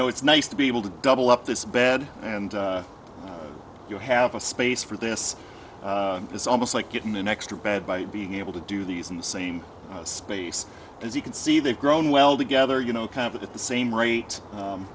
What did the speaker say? know it's nice to be able to double up this bed and you have a space for this it's almost like getting an extra bed by being able to do these in the same space as you can see they've grown well together you know kind of at the same rate